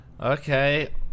okay